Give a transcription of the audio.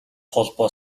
холбоо